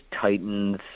Titans